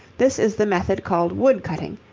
this is the method called wood-cutting,